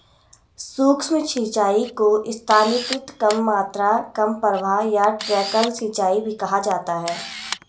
सूक्ष्म सिंचाई को स्थानीयकृत कम मात्रा कम प्रवाह या ट्रिकल सिंचाई भी कहा जाता है